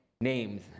names